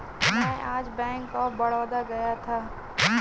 मैं आज bank of Baroda गया था